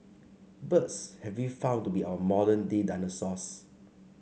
birds have been found to be our modern day dinosaurs